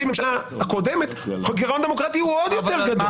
ממשלה קודמת הוא גירעון דמוקרטי יותר גדול.